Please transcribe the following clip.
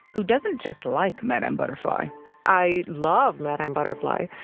who doesn't just like madame butterfly i love madame butterfly,